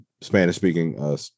Spanish-speaking